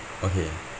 okay